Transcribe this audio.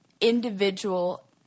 individual –